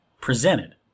presented